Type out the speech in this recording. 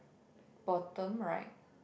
bottom right